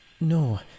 No